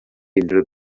unrhyw